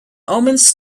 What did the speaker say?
omens